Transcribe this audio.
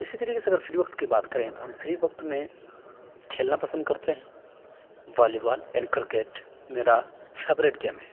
اسی طریقے سے اگر فری وقت کی بات کریں تو ہم فری وقت میں کھیلنا پسند کرتے ہیں والی وال ایںڈ کرکٹ میرا فیبرٹ گیم ہے